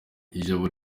ijabo